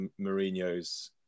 Mourinho's